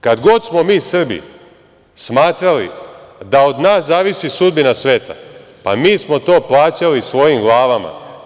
Kad god smo mi Srbi smatrali da od nas zavisi sudbina sveta, pa mi smo to plaćali svojim glavama.